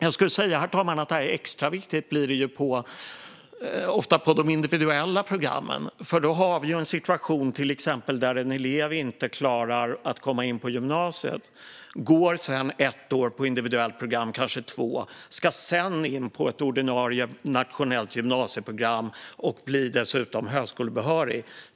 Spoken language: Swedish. Jag skulle säga att detta ofta blir extra viktigt på de individuella programmen, herr talman. Då har vi nämligen en situation där en elev inte klarar att komma in på gymnasiet, går ett eller kanske två år på individuellt program och sedan ska in på ett ordinarie nationellt gymnasieprogram - och dessutom bli högskolebehörig.